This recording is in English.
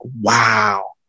wow